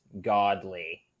godly